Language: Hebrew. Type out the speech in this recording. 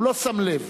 הוא לא שם לב.